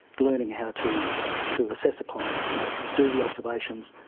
learning how to to assess a client, you know, do the observations,